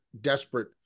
desperate